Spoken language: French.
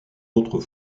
autre